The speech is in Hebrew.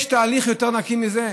יש תהליך יותר נקי מזה?